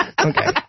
Okay